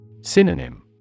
Synonym